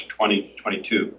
2022